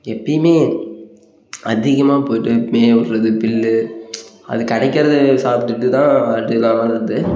எப்போயுமே அதிகமா போய்ட்டு மேய விட்றது புல்லு அது கிடைக்கிறத சாப்பிட்டுட்டு தான் ஆடு எல்லாம் வளருது